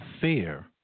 fear